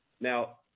now